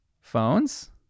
Phones